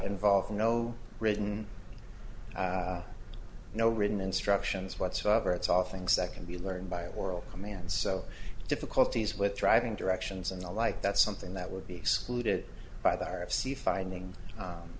involved no written no written instructions whatsoever its offerings that can be learned by oral commands so difficulties with driving directions and the like that something that would be excluded by the hour of c finding